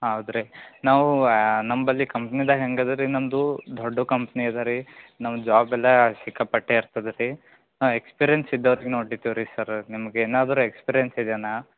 ಹೌದ್ ರೀ ನಾವು ನಮ್ಮಲ್ಲಿ ಕಂಪ್ನಿದಾಗ ಹೆಂಗೆ ಅದ ರೀ ನಮ್ಮದು ದೊಡ್ಡ ಕಂಪ್ನಿ ಅದ ರೀ ನಾವು ಜಾಬ್ ಎಲ್ಲ ಸಿಕ್ಕಾಪಟ್ಟೆ ಇರ್ತದೆ ರೀ ಹಾಂ ಎಕ್ಸ್ಪಿರೆನ್ಸ್ ಇದ್ದವರಿಗೆ ನೋಡ್ಲಿತ್ತಿವಿ ರೀ ಸರ ನಿಮ್ಗೆ ಏನಾದರೂ ಎಕ್ಸ್ಪಿರೆನ್ಸ್ ಇದೆಯಾ